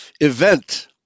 event